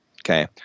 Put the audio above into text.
okay